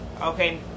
okay